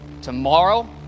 Tomorrow